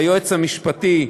ליועץ המשפטי,